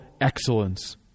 excellence